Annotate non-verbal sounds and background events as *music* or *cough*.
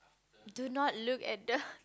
do not look at the *laughs*